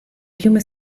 piume